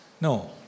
No